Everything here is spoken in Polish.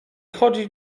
chodzić